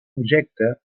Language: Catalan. objecte